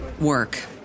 work